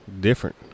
different